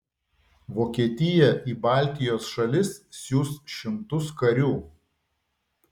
vokietija į baltijos šalis siųs šimtus karių